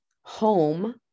home